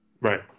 Right